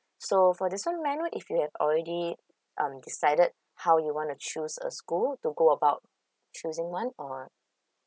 so for this one may I know if you have already um decided how you wanna choose a school to go about choosing one or